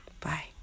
Bye